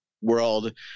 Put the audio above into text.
world